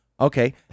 Okay